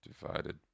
divided